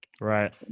Right